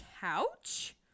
couch